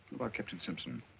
about captain simpson?